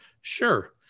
Sure